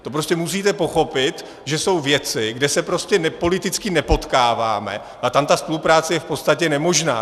To prostě musíte pochopit, že jsou věci, kde se prostě politicky nepotkáváme, a tam ta spolupráce je v podstatě nemožná.